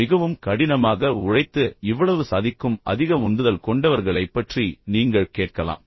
மிகவும் கடினமாக உழைத்து இவ்வளவு சாதிக்கும் அதிக உந்துதல் கொண்டவர்களைப் பற்றி நீங்கள் கேட்கலாம்